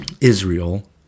Israel